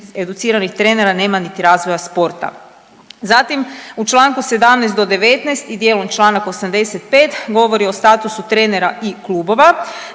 trenera nema niti razvoja sporta. Zatim u Članku 17. do 19. i dijelom Članak 85. govori o statusu trenera i klubova,